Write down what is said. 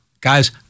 guys